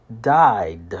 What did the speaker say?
died